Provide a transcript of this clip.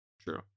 True